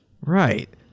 Right